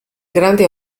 grande